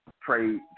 trade